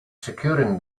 securing